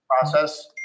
process